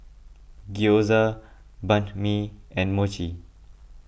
Gyoza Banh Mi and Mochi